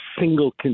single